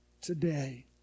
today